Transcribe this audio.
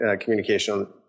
communication